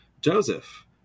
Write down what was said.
Joseph